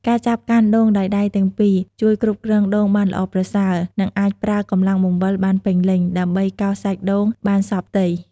ការចាប់កាន់ដូងដោយដៃទាំងពីរជួយគ្រប់គ្រងដូងបានល្អប្រសើរ និងអាចប្រើកម្លាំងបង្វិលបានពេញលេញ ដើម្បីកោសសាច់ដូងបានសព្វផ្ទៃ។